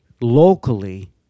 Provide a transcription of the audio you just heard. locally